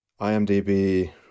IMDB